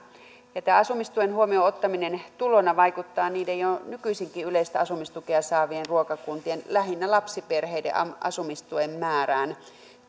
tämä asumistuen huomioon ottaminen tulona vaikuttaa niiden jo nykyisinkin yleistä asumistukea saavien ruokakuntien lähinnä lapsiperheiden asumistuen määrään